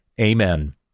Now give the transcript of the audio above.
Amen